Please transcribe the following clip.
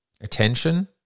attention